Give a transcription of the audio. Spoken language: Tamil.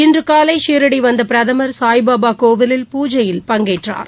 இன்றுகாலைசீரடிவந்தபிரதமர் சாய்பாபாகோயிலில் பூஜையில் பங்கேற்றார்